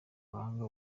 gahanga